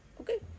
Okay